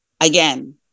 again